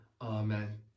Amen